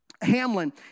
Hamlin